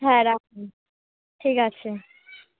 হ্যাঁ রাখুন ঠিক আছে